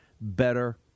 better